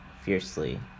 fiercely